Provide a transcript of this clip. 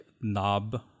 knob